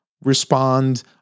respond